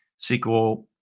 SQL